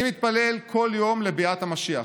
אני מתפלל כל יום לביאת המשיח.